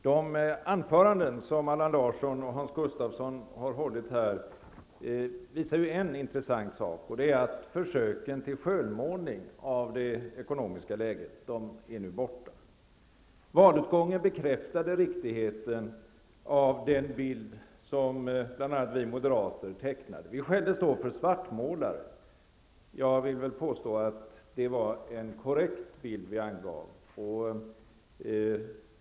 Herr talman! De anföranden som Allan Larsson och Hans Gustafsson här har hållit visar en intressant sak, och det är att försöken till skönmålning av det ekonomiska läget nu är borta. Valutgången bekräftade riktigheten av den bild som bl.a. vi moderater tecknade. Vi skälldes då för att svartmåla. Jag vill påstå att det var en korrekt bild vi gav.